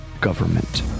government